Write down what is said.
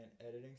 editing